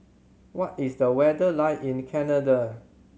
what is the weather like in Canada